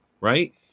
right